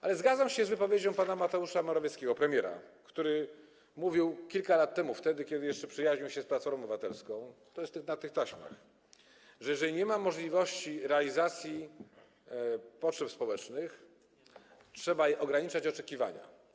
Ale zgadzam się z wypowiedzią pana premiera Mateusza Morawieckiego, który mówił kilka lat temu, wtedy kiedy jeszcze przyjaźnił się z Platformą Obywatelską - to jest na taśmach - że jeżeli nie ma możliwości realizacji potrzeb społecznych, trzeba ograniczać oczekiwania.